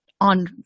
on